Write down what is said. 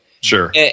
Sure